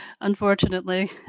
unfortunately